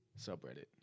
subreddit